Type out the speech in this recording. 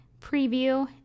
preview